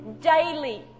daily